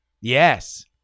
Yes